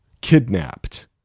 kidnapped